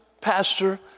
pastor